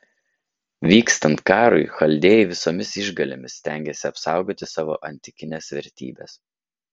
vykstant karui chaldėjai visomis išgalėmis stengiasi apsaugoti savo antikines vertybes